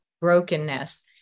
brokenness